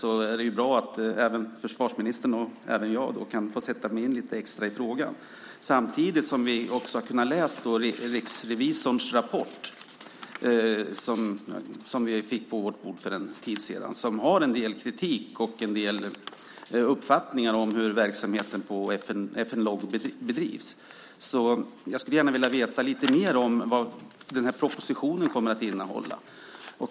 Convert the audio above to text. Det är bra att försvarsministern och även jag kan få sätta oss in lite extra i frågan. Samtidigt har vi också kunnat läsa riksrevisorns rapport som vi fick på vårt bord för en tid sedan. Där finns en del kritik och en del uppfattningar om hur verksamheten på FM Log bedrivs. Jag skulle gärna vilja veta lite mer om vad propositionen kommer att innehålla.